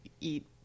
eat